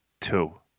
Two